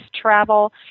travel